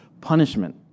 punishment